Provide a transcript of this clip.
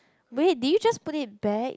wait did you just put it back